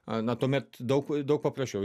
a na tuomet daug daug paprasčiau